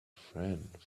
friend